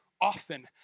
often